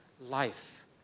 life